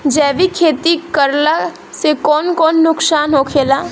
जैविक खेती करला से कौन कौन नुकसान होखेला?